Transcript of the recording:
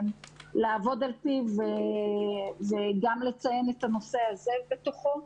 לעבוד על פיו וגם לציין את הנושא הזה בתוכו.